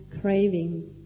craving